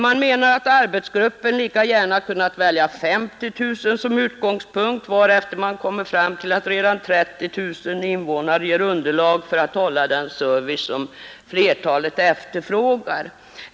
Man menar att arbetsgruppen lika gärna kunnat välja 50 000 som utgångspunkt, varefter man kommer fram till att redan 30 000 invånare ger underlag för att hålla den service som flertalet efterfrågar.